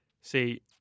See